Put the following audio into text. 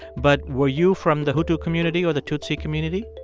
but were you from the hutu community or the tutsi community?